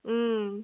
mm